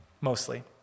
mostly